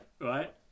right